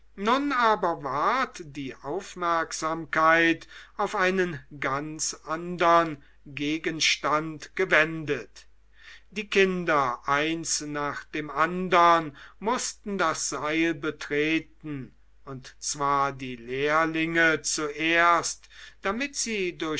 nun aber ward die aufmerksamkeit auf einen ganz andern gegenstand gewendet die kinder eins nach dem andern mußten das seil betreten und zwar die lehrlinge zuerst damit sie